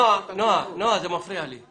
נועה, זה מפריע לי.